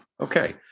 Okay